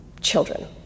children